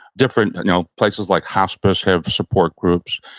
different you know places like hospice have support groups.